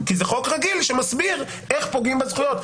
כי זה חוק רגיל שמסביר איך פוגעים בזכויות.